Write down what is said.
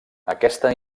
aquesta